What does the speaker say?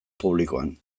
publikoan